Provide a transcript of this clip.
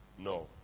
no